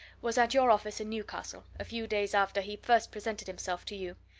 was at your office in newcastle, a few days after he first presented himself to you.